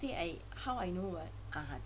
day I how I know right (uh huh)